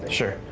sure,